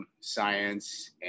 science